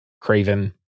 Craven